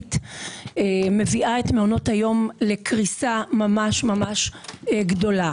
אמיתית מביאה את מעונות היום לקריסה ממש ממש גדולה.